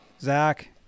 Zach